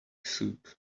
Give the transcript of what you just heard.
soup